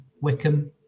wickham